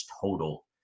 total